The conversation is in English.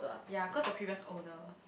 ya cause the previous owner